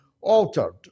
altered